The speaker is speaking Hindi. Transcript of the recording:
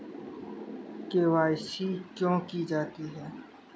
के.वाई.सी क्यों की जाती है?